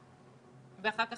אחר כך